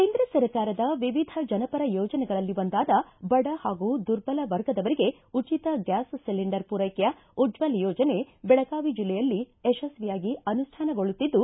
ಕೇಂದ್ರ ಸರ್ಕಾರದ ವಿವಿಧ ಜನಪರ ಯೋಜನೆಗಳಲ್ಲಿ ಒಂದಾದ ಬಡ ಹಾಗೂ ದುರ್ಬಲ ವರ್ಗದವರಿಗೆ ಉಚಿತ ಗ್ಯಾಸ್ ಸಿಲೆಂಡರ್ ಪೂರೈಕೆಯ ಉಜ್ವಲ್ ಯೋಜನೆ ಬೆಳಗಾವಿ ಜಿಲ್ಲೆಯಲ್ಲಿ ಯಶಸ್ವಿಯಾಗಿ ಅನುಷ್ಠಾನಗೊಳ್ಳುತ್ತಿದ್ದು